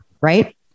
right